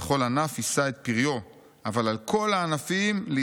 וכל ענף יישא את פריו.